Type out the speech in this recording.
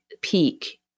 peak